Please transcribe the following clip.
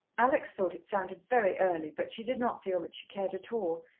alex thought it sounded very early, but she did not feel that she cared at all,